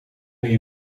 die